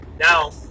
Now